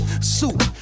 soup